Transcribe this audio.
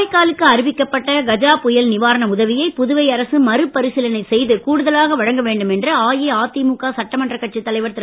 காரைக்காலுக்கு அறிவிக்கப்பட்ட கஜா புயல் நிவாரண உதவியை புதுவை அரசு மறுபரிசிலனை செய்து கூடுதலாக வழங்க வேண்டும் என்று அஇஅதிமுக சட்டமன்ற கட்சித் தலைவர் திரு